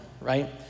right